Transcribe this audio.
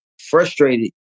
frustrated